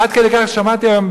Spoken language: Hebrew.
עד כדי כך ששמעתי היום,